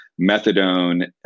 methadone